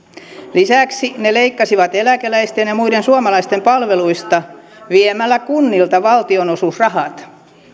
lisäksi ne leikkasivat eläkeläisten ja muiden suomalaisten palveluista viemällä kunnilta valtionosuusrahat